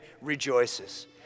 rejoices